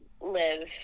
live